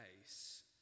face